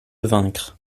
vaincre